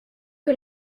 que